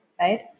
right